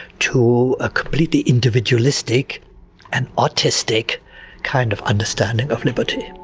to a completely individualistic and autistic kind of understanding of liberty.